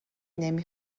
نمی